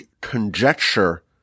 conjecture